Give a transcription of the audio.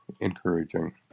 encouraging